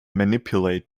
manipulate